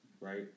Right